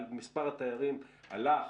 מספר התיירים עלה,